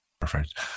Perfect